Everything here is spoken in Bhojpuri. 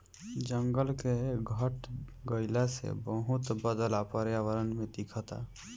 जंगल के घट गइला से बहुते बदलाव पर्यावरण में दिखता